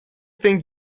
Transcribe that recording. think